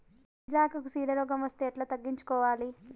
సిరాకుకు చీడ రోగం వస్తే ఎట్లా తగ్గించుకోవాలి?